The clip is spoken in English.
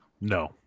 No